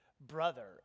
brother